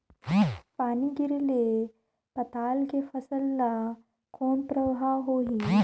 पानी गिरे ले पताल के फसल ल कौन प्रभाव होही?